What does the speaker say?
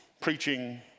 preaching